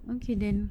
okay then